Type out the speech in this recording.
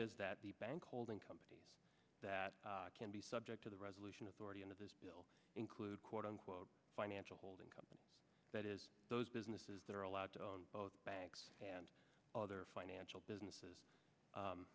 is that the bank holding companies that can be subject to the resolution authority and of this bill include quote unquote financial holding company that is those businesses that are allowed to own both banks and other financial businesses